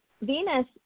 Venus